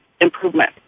improvement